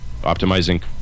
optimizing